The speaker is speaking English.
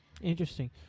Interesting